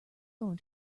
going